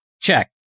Check